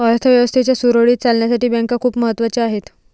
अर्थ व्यवस्थेच्या सुरळीत चालण्यासाठी बँका खूप महत्वाच्या आहेत